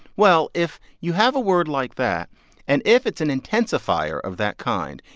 well, if you have a word like that and if it's an intensifier of that kind,